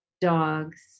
dogs